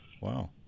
Wow